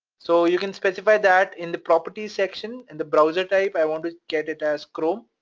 so, you can specify that in the properties section, in the browser type, i want to get it as chrome,